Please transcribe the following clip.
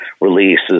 releases